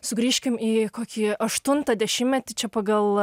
sugrįžkim į kokį aštuntą dešimtmetį čia pagal